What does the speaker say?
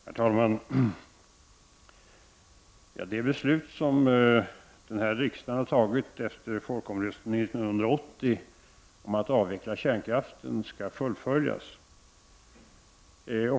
Herr talman! Det beslut som riksdagen har fattat efter folkomröstningen 1980 om att avveckla kärnkraften skall också fullföljas.